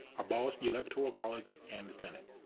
abolish the electoral college and the senate.